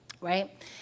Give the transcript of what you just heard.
right